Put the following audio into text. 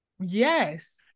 Yes